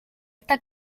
está